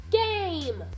game